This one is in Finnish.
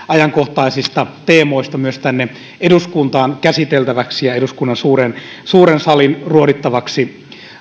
ajankohtaisista teemoista myös tänne eduskuntaan käsiteltäväksi ja eduskunnan suuren suuren salin ruodittavaksi